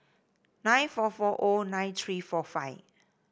nine four four O nine three four five